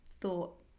thought